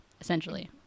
essentially